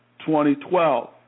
2012